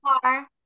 car